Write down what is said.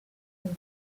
been